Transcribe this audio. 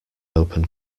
open